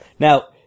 Now